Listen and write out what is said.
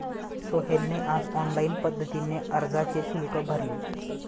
सोहेलने आज ऑनलाईन पद्धतीने अर्जाचे शुल्क भरले